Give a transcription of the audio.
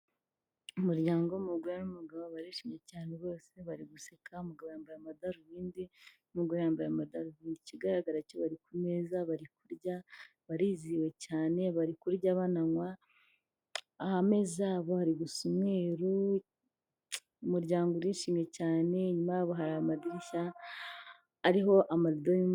Umuryango w'umugore n'umugabo barishimye cyane bose bari guseka umugabo yambaye amadarubindi n'umugore yambaye amadarubindi. Ikigaragara cyo bari ku meza, bari kurya, bariziwe cyane, bari kurya bananywa, ameza yabo ari gusa umweru, umuryango urishimye cyane nyuma hari amadirishya ariho amadu...